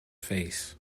face